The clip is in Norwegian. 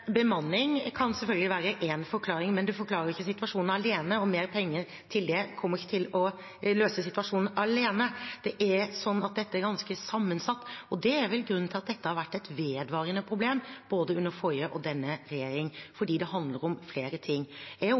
Bemanning kan selvfølgelig være én forklaring, men det forklarer ikke situasjonen alene. Mer penger til det kommer ikke alene til å løse situasjonen. Det er slik at dette er ganske sammensatt. Det er vel grunnen til at dette har vært et vedvarende problem, både under den forrige og denne regjering, fordi det handler om flere ting. Jeg